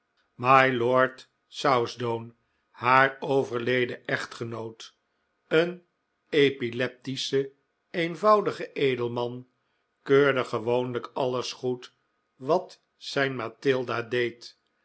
southdown haar overleden echtgenoot een epileptische eenvoudige edelman keurde gewoonlijk alles goed wat zijn mathilda deed